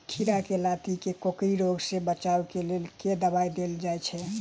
खीरा केँ लाती केँ कोकरी रोग सऽ बचाब केँ लेल केँ दवाई देल जाय छैय?